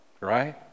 Right